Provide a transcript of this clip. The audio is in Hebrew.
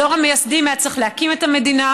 דור המייסדים היה צריך להקים את המדינה.